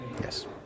Yes